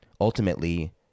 ultimately